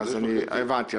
הבנתי.